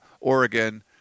Oregon